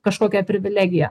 kažkokia privilegija